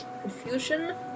confusion